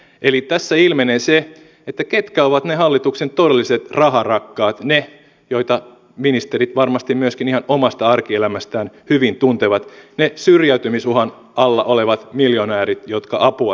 eli tässä ilmenee se ketkä ovat ne hallituksen todelliset raharakkaat ne joita ministerit varmasti myöskin ihan omasta arkielämästään hyvin tuntevat ne syrjäytymisuhan alla olevat miljonäärit jotka apua tarvitsevat